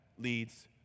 leads